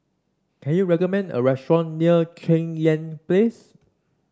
can you recommend a restaurant near Cheng Yan Place